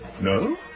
No